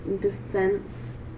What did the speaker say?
defense